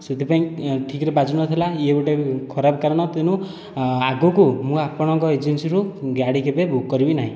ସେଥିପାଇଁ ଠିକରେ ବାଜୁନଥିଲା ଇଏ ଗୋଟିଏ ଖରାପ କାରଣ ତେଣୁ ଆଗକୁ ମୁଁ ଆପଣଙ୍କ ଏଜେନ୍ସିରୁ ଗାଡ଼ି କେବେ ବୁକ୍ କରିବି ନାହିଁ